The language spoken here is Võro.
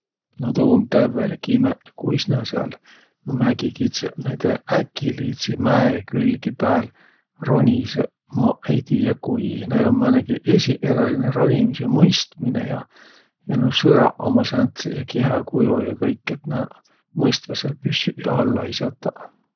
No tuu um tävvelik imeq, kuis nä sääl, nuuq mägikitsõq, noidõ äkiliidsi mäekügi pääl ronisõq. Maq ei tiiäq, kui. Näil um määnegi esiqeräline ronimisõ mõistminõ ja nuuq sõraq ummaq sääntseq ja kihäkujo ja kõik, et nä mõistvaq sääl püssüq ja alla ei sataq.